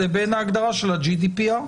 לבין ההגדרה של ה-GDPR,